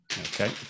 Okay